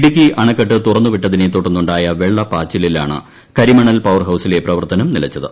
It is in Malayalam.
ഇടുക്കി അണക്കെട്ട് തുറന്നുവിട്ടതിനെ തുടർന്ന് ഉണ്ടായ വെള്ളപ്പാച്ചിലിലാണ് കരിമണൽ പവർഹൌസിലെ പ്രവർത്തനം നിലച്ചത്